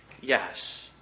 Yes